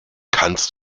kannst